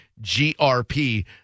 g-r-p